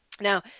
Now